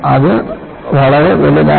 അത് വളരെ വലുതാണ്